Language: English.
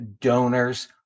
donors